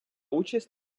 участь